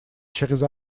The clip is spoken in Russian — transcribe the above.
через